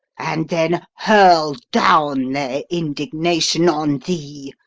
and then hurl down their indignation on thee,